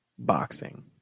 Boxing